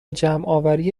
جمعآوری